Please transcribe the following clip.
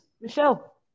Michelle